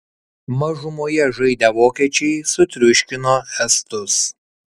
mažumoje žaidę vokiečiai sutriuškino estus